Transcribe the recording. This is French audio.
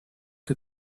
que